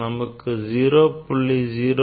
நமக்கு 0